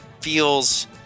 feels